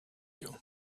you